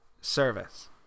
service